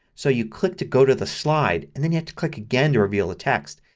so you click to go to the slide and then you have to click again to reveal the text.